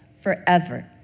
forever